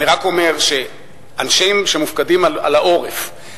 אני רק אומר שאנשים שמופקדים על העורף,